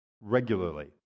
regularly